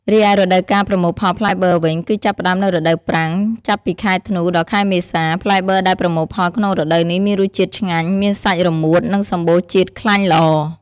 រីឯរដូវកាលប្រមូលផលផ្លែបឺរវិញ គឹចាប់ផ្ដើមនៅរដូវប្រាំង ចាប់ពីខែធ្នូ ដល់ខែមេសា ផ្លែបឺរដែលប្រមូលផលក្នុងរដូវនេះមានរសជាតិឆ្ងាញ់ មានសាច់រមួតនិងសម្បូរជាតិខ្លាញ់ល្អ។